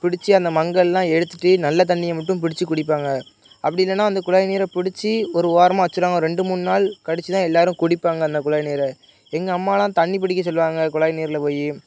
பிடிச்சி அந்த மங்கலெல்லாம் எடுத்துட்டு நல்ல தண்ணியை மட்டும் பிடிச்சி குடிப்பாங்க அப்படி இல்லைன்னா அந்த குழாய் நீரை பிடிச்சி ஒரு ஓரமாக வைச்சிருவாங்க ஒரு ரெண்டு மூணு நாள் கழிச்சி தான் எல்லோரும் குடிப்பாங்க அந்த குழாய் நீரை எங்கள் அம்மாலாம் தண்ணி பிடிக்க சொல்வாங்க குழாய் நீரில் போய்